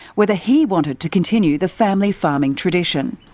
whether he wanted to continue the family farming tradition.